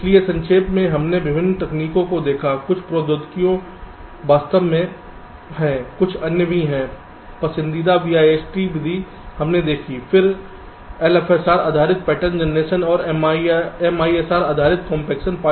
इसलिए संक्षेप में हमने विभिन्न तकनीकों को देखा कुछ प्रौद्योगिकियां वास्तव में हैं कुछ अन्य भी हैं पसंदीदा BIST विधि हमने देखी है कि LFSR आधारित पैटर्न जनरेशन और MISR आधारित कॉम्पेक्शन